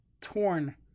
torn